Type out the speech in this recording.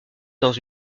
dans